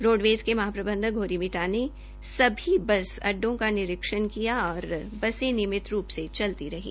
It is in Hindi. रोडवेज़ के महाप्रबंधक गौरी मिटाने ने सभी बस अड़डों का निरीक्षण किया और बसें नियमित रूप से चलती रही